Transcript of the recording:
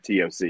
TOC